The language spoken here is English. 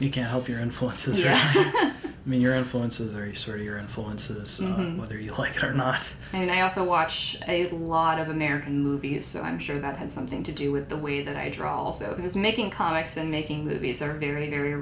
you can't help your influences you mean your influence is very sort of your influences whether you like her not and i also watch a lot of american movies so i'm sure that had something to do with the way that i draw also because making comics and making movies are very very